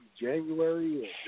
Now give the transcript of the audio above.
January